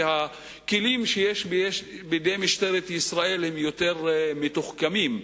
שהכלים שיש בידי משטרת ישראל הם יותר מתוחכמים.